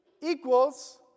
equals